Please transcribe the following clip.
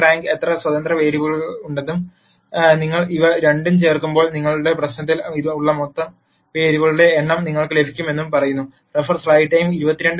A rank എത്ര സ്വതന്ത്ര വേരിയബിളുകൾ ഉണ്ടെന്നും നിങ്ങൾ ഇവ രണ്ടും ചേർക്കുമ്പോൾ നിങ്ങളുടെ പ്രശ് നത്തിൽ ഉള്ള മൊത്തം വേരിയബിളുകളുടെ എണ്ണം നിങ്ങൾക്ക് ലഭിക്കണമെന്നും പറയുന്നു